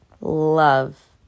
Love